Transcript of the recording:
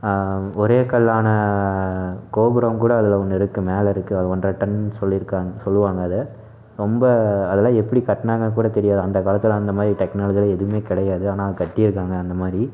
ஒரே கல்லான கோபுரம்கூட அதில் ஒன்று இருக்குது மேலே இருக்குது ஒன்றரை டன் சொல்லியிருக்காங்க சொல்லுவாங்க அதை ரொம்ப அதெல்லாம் எப்படி கட்டினாங்கக்கூட தெரியாது அந்தக்காலத்தில் அந்தமாதிரி டெக்னாலஜியெல்லாம் எதுவுமே கிடையாது ஆனால் கட்டியிருக்காங்க அந்தமாதிரி